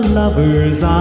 lover's